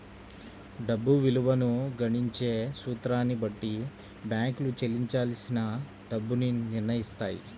డబ్బు విలువను గణించే సూత్రాన్ని బట్టి బ్యేంకులు చెల్లించాల్సిన డబ్బుని నిర్నయిత్తాయి